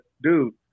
dude